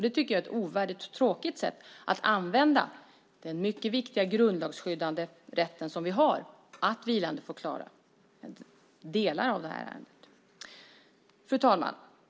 Det tycker jag är ett ovärdigt och tråkigt sätt att använda den mycket viktiga grundlagsskyddade rätten vi har att vilandeförklara delar av det här ärendet. Fru talman!